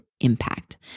impact